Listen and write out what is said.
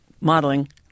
modeling